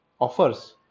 offers